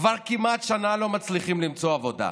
וכבר כמעט שנה לא מצליחים למצוא עבודה.